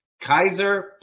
Kaiser